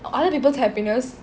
other people's happiness